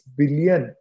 billion